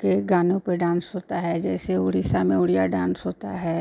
के गानों पर डान्स होता है जैसे उड़ीसा में उड़िया डान्स होता है